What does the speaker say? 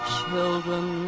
children